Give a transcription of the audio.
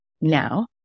now